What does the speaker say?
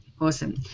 Awesome